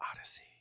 Odyssey